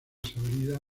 salida